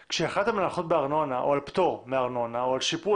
כשהחלטתם על פטור מארנונה או על שיפוי